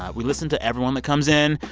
ah we listen to everyone that comes in.